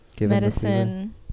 medicine